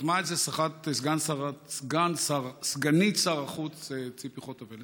וחתמה על זה סגנית שר החוץ ציפי חוטובלי,